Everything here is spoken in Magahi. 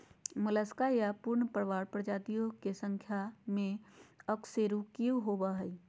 मोलस्का या चूर्णप्रावार प्रजातियों के संख्या में अकशेरूकीय होबो हइ